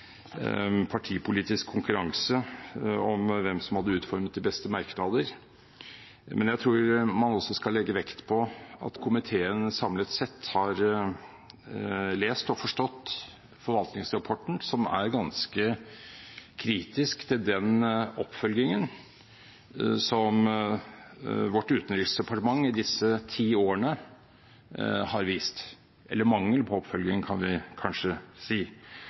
partipolitisk konkurranse om hvem som hadde utformet de beste merknader, men jeg tror man også skal legge vekt på at komiteen samlet sett har lest og forstått forvaltningsrapporten, som er ganske kritisk til den oppfølgingen som vårt utenriksdepartement i disse ti årene har vist – eller mangelen på oppfølging, kan vi kanskje si.